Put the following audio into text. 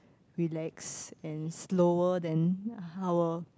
relax and slower than our